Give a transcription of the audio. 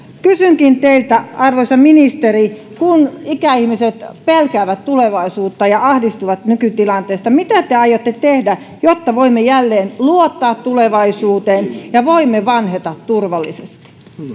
kysynkin teiltä arvoisa ministeri kun ikäihmiset pelkäävät tulevaisuutta ja ahdistuvat nykytilanteesta mitä te aiotte tehdä jotta voimme jälleen luottaa tulevaisuuteen ja voimme vanheta turvallisesti